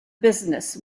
business